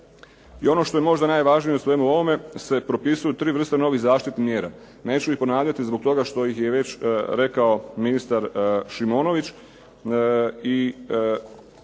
I ono što je možda najvažnije u svemu ovome se propisuju tri vrste novih zaštitnih mjera. Neću ih ponavljati zbog toga što ih je već rekao ministar Šimonović.